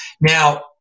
Now